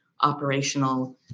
operational